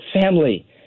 family